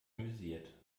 amüsiert